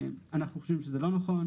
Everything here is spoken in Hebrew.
אנחנו חושבים שזה לא נכון,